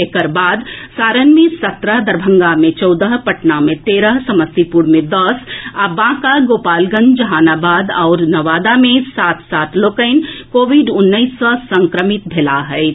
एकर बाद सारण मे सत्रह दरभंगा मे चौदह पटना मे तेरह समस्तीपुर मे दस आ बांका गोपालगंज जहानाबाद आओर नवादा मे सात सात लोक कोविड उन्नैस सँ संक्रमित भेलाह अछि